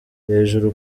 hejuru